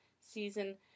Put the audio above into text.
season